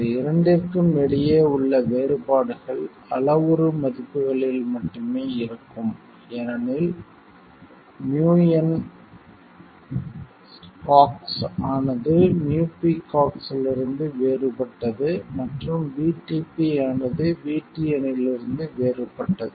இந்த இரண்டிற்கும் இடையே உள்ள வேறுபாடுகள் அளவுரு மதிப்புகளில் மட்டுமே இருக்கும் ஏனெனில் µncox ஆனது µpcox இலிருந்து வேறுபட்டது மற்றும் VTP ஆனது VTN இலிருந்து வேறுபட்டது